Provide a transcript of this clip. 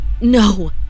No